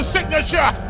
Signature